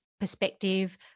perspective